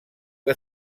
que